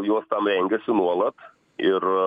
jos tam rengiasi nuolat ir